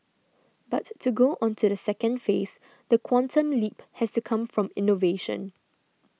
but to go on to the second phase the quantum leap has to come from innovation